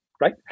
right